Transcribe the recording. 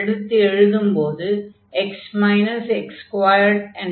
எடுத்து எழுதும்போது x x2 என்பது கிடைக்கும்